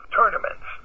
tournaments